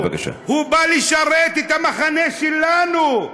הוא בא לשרת את המחנה שלנו.